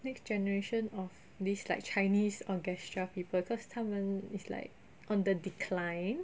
next generation of this chinese orchestra people cause 他们 is like on the decline